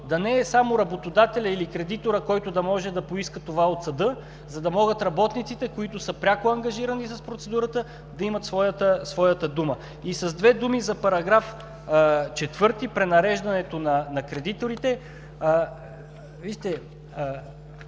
да не е само работодателят или кредиторът, който да може да поиска това от съда, за да могат работниците, които са пряко ангажирани с процедурата, да имат своята дума. С две думи за § 4 – пренареждането на кредиторите. Цифрите,